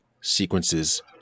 sequences